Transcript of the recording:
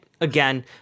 again